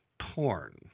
Porn